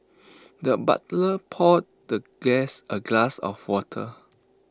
the butler poured the guest A glass of water